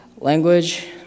language